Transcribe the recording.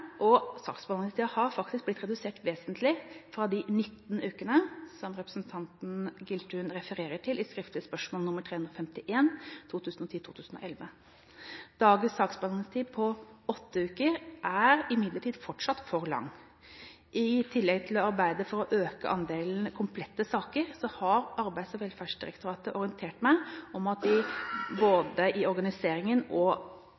og saksbehandlingstiden er faktisk blitt redusert vesentlig fra de 19 ukene som representanten Giltun refererte til i skriftlig spørsmål nr. 351 for 2010–2011. Dagens saksbehandlingstid på åtte uker er imidlertid fortsatt for lang. I tillegg til å arbeide for å øke andelen komplette saker har Arbeids- og velferdsdirektoratet orientert meg om at de både i organiseringen og